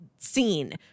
scene